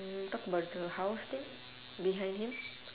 mm talk about the house thing behind him